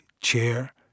Chair